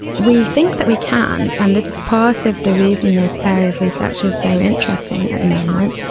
we think that we can, and this is part of the reason this area of research is so interesting at the moment.